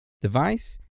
Device